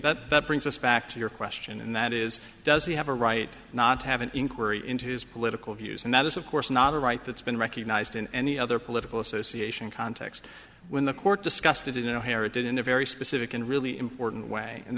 but that brings us back to your question and that is does he have a right not to have an inquiry into his political views and that is of course not a right that's been recognized in any other political association context when the court discussed it in our heritage in a very specific and really important way and